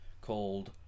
called